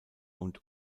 und